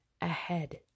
ahead